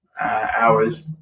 hours